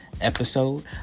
episode